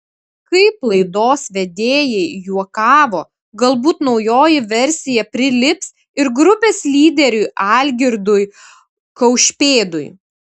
kaip laidos vedėjai juokavo galbūt naujoji versija prilips ir grupės lyderiui algirdui kaušpėdui